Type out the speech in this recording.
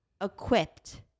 equipped